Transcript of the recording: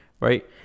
right